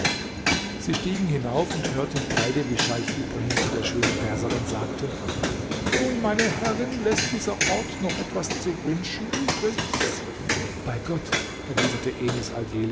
sie stiegen hinauf und hörten beide wie scheich ibrahim zu der schönen perserin sagte nun meine herrin läßt dieser ort noch etwas zu wünschen übrig bei gott erwiderte